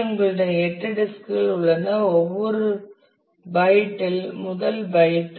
எனவே உங்களிடம் 8 டிஸ்க் குகள்உள்ளன ஒவ்வொரு பைட் இல் முதல் பைட்